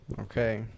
Okay